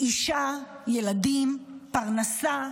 אישה, ילדים, פרנסה,